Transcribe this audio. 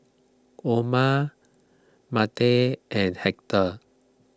Oma Monte and Hector